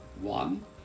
one